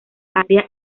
área